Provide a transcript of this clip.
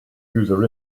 user